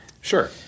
Sure